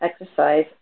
exercise